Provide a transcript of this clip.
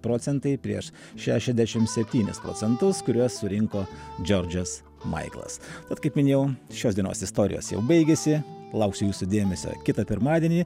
procentai prieš šešiasdešimt septynis procentus kuriuos surinko džordžas maiklas tad kaip minėjau šios dienos istorijos jau baigėsi lauksiu jūsų dėmesio kitą pirmadienį